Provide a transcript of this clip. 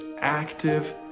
active